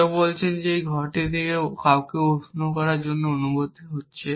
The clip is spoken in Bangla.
কেউ বলছেন এই ঘরটি অন্য কাউকে উষ্ণ করার জন্য অনুভুতি হচ্ছে